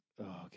okay